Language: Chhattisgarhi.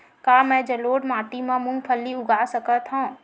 का मैं जलोढ़ माटी म मूंगफली उगा सकत हंव?